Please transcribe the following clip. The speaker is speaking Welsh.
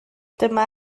dyma